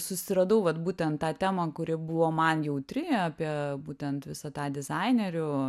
susiradau vat būtent tą temą kuri buvo man jautri apie būtent visą tą dizainerių